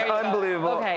unbelievable